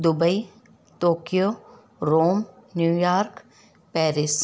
Dubai Tokyo Rome New York Paris